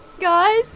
Guys